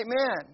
Amen